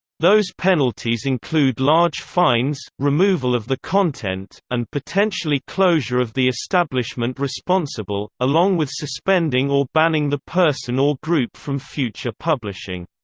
those penalties include large fines, removal of the content, and potentially closure of the establishment responsible, along with suspending or banning the person or group from future publishing.